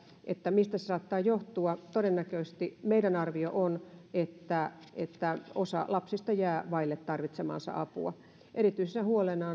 mistä se saattaa johtua todennäköisesti meidän arviomme on että että osa lapsista jää vaille tarvitsemaansa apua erityisenä huolena